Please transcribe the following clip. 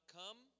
come